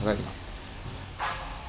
right